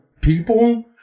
people